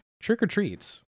trick-or-treats